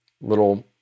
little